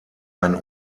ein